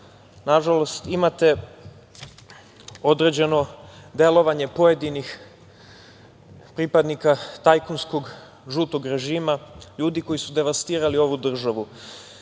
nažalost, imate određeno delovanje pojedinih pripadnika tajkunskog žutog režima, ljudi koji su devastirali ovu državu. Moram